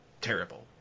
terrible